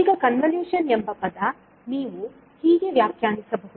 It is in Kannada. ಈಗ ಕನ್ವಲೂಶನ್ ಎಂಬ ಪದ ನೀವು ಹೀಗೆ ವ್ಯಾಖ್ಯಾನಿಸಬಹುದು